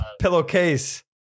Pillowcase